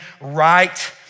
right